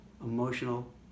emotional